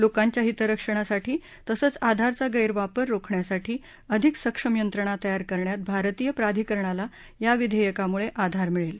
लोकांच्या हितरक्षणासाठी तसंच आधारचा गैरवापर रोखण्यासाठी अधिक सक्षम यंत्रणा तयार करण्यात भारतीय प्राधिकरणाला या विधेयकामुळे आधार मिळेल